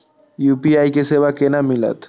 UPI के सेवा केना मिलत?